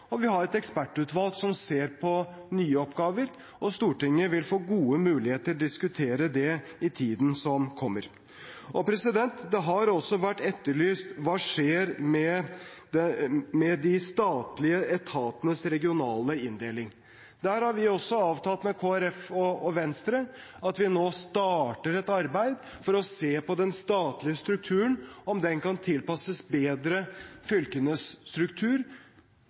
og vi har et ekspertutvalg som ser på nye oppgaver. Stortinget vil få gode muligheter til å diskutere det i tiden som kommer. Det har også vært etterlyst hva som skjer med de statlige etatenes regionale inndeling. Der har vi også avtalt med Kristelig Folkeparti og Venstre at vi nå starter et arbeid for å se på om den statlige strukturen kan tilpasses fylkenes struktur